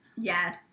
yes